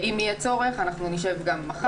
אם יהיה צורך אנחנו נשב גם מחר.